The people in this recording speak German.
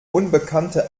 unbekannte